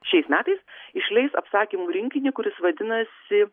šiais metais išleis apsakymų rinkinį kuris vadinasi